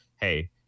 hey